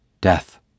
Death